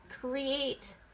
create